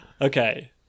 okay